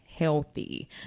healthy